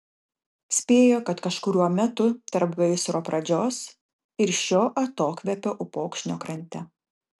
spėjo kad kažkuriuo metu tarp gaisro pradžios ir šio atokvėpio upokšnio krante